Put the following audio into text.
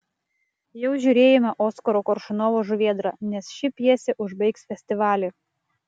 jau žiūrėjome oskaro koršunovo žuvėdrą nes ši pjesė užbaigs festivalį